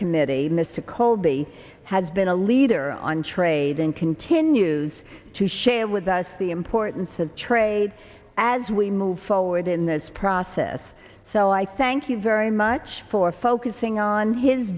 committee mr colby has been a leader on trade and continues to share with us the importance of trade as we move forward in this process so i thank you very much for focusing on his